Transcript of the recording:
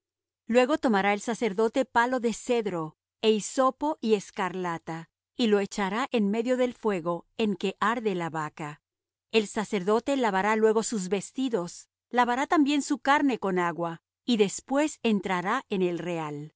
luego tomará el sacerdote palo de cedro é hisopo y escarlata y lo echará en medio del fuego en que arde la vaca el sacerdote lavará luego sus vestidos lavará también su carne con agua y después entrará en el real